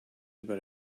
about